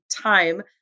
time